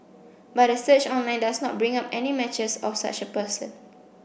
but a search online does not bring up any matches of such a person